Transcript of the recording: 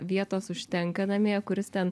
vietos užtenka namie kuris ten